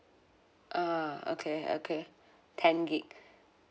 uh okay okay ten gig